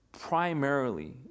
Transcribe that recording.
primarily